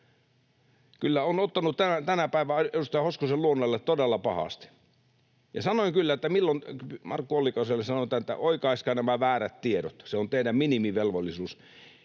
Kyllä on ottanut tänä päivänä edustaja Hoskosen luonnolle todella pahasti. Sanoin kyllä Markku Ollikaiselle tänään, että oikaiskaa nämä väärät tiedot, se on teidän minimivelvollisuutenne.